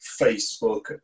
facebook